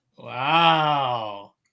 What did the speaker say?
Wow